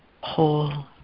whole